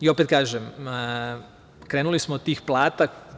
Opet kažem, krenuli smo od tih plata.